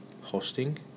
hosting